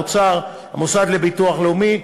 האוצר והמוסד לביטוח לאומי,